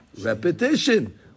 repetition